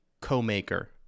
co-maker